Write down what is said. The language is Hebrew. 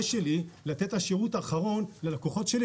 שלי לתת את השירות האחרון ללקוחות שלי?